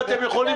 מה,